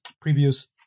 previous